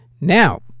Now